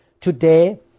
Today